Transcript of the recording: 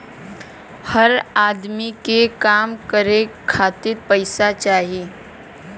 हर अदमी के काम करे खातिर पइसा चाही